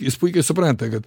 jis puikiai supranta kad